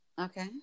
okay